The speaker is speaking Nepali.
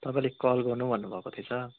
तपाईँले कल गर्नु भन्नुभएको थिएछ